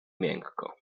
miękko